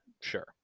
sure